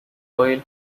oil